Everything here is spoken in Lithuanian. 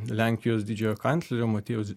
lenkijos didžiojo kanclerio matiejaus